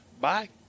Bye